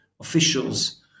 officials